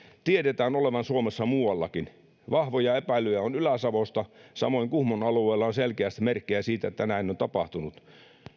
tiedetään olevan suomessa muuallakin vahvoja epäilyjä on ylä savosta ja samoin kuhmon alueella on selkeästi merkkejä siitä että näin on tapahtunut